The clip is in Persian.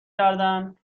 کردن